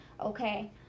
okay